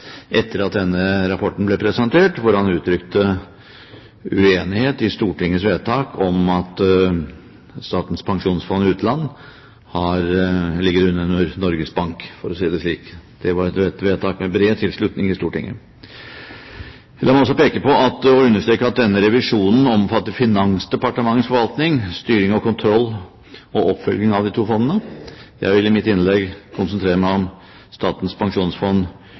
etter at denne rapporten var blitt presentert, hvor han uttrykte uenighet i Stortingets vedtak om at Statens pensjonsfond utland ligger under Norges Bank, for å si det slik. Det var et vedtak med bred tilslutning i Stortinget. La meg også peke på og understreke at denne revisjonen omfatter Finansdepartementets forvaltning, styring, kontroll og oppfølging av de to fondene. Jeg vil i mitt innlegg konsentrere meg om Statens pensjonsfond